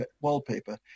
wallpaper